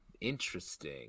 interesting